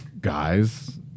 guys